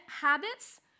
habits